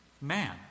man